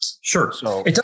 Sure